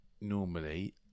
normally